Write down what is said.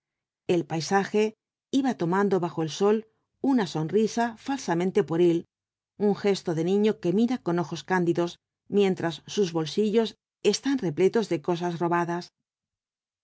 él paisaje iba tomando bajo el sol una sonrisa falsamente pueril un gesto de niño que mira con ojos cándidos mientras sus bolsillos están repletos de cosas robadas